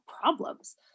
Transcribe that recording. problems